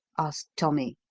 asked tommy.